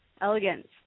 elegance